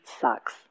sucks